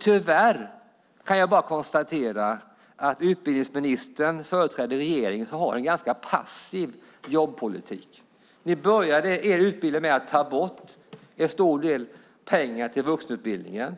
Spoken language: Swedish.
Tyvärr företräder utbildningsministern en regering som har en ganska passiv jobbpolitik. Man började mandatperioden med att ta bort en hel del pengar från vuxenutbildningen.